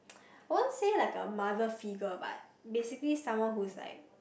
I won't say like a mother figure but basically someone who is like